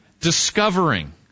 discovering